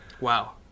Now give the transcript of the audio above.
Wow